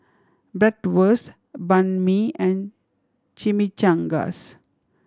Bratwurst Banh Mi and Chimichangas